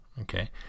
okay